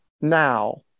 now